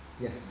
Yes